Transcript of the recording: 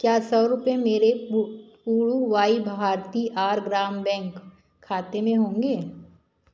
क्या सौ रुपये मेरे पुडुवाई भारती आर ग्राम बैंक खाते में होंगे